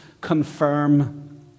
confirm